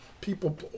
People